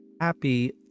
happy